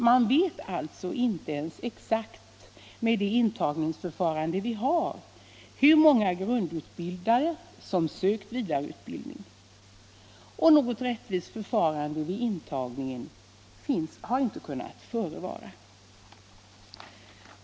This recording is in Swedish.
Med det intagningsförfarande vi har vet man alltså inte ens hur många grundutbildade som sökt vidareutbildning. Något rättvist förfarande vid intagningen har inte kunnat förevara.